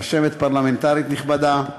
רשמת פרלמנטרית נכבדה,